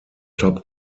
top